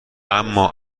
اما